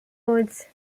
roles